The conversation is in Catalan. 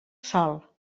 sol